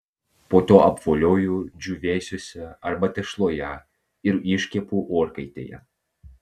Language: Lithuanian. po to apvolioju džiūvėsiuose arba tešloje ir iškepu orkaitėje